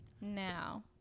now